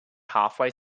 halfway